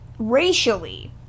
racially